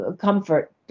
comfort